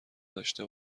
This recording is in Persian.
داشته